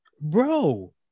bro